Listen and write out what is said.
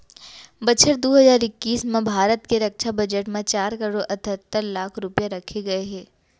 बछर दू हजार इक्कीस म भारत के रक्छा बजट म चार करोड़ अठत्तर लाख रूपया रखे गए हे